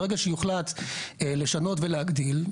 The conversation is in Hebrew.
ברגע שיוחלט לשנות ולהגדיל,